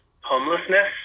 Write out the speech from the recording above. homelessness